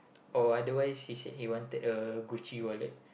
or otherwise he said he wanted a Gucci wallet